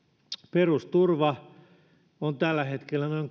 perusturva on tällä hetkellä noin